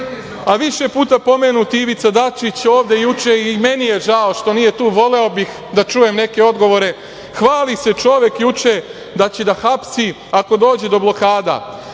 puta pomenut Ivica Dačić ovde juče, i meni je žao što nije tu, voleo bih da čujem neke odgovore, hvali se čovek juče da će da hapsi ako dođe do blokada.